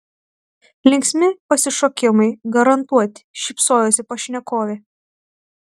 linksmi pasišokimai garantuoti šypsojosi pašnekovė